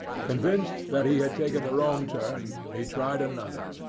convinced that he had taken the wrong turn, he tried another,